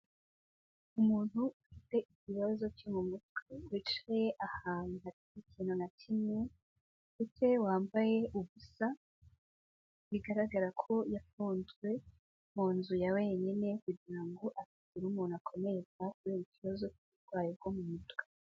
Umuntu ufite ikibazo cyo mu mutwe wicaye ahantu hatari ikintu na kimwe, wicaye wambaye ubusa bigaragara ko yafunzwe mu nzu ya wenyine kugira ngo atagira umuntu akomeretsa kubera ikibazo cy'uburwayi bwo mu mutwe.